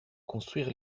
construire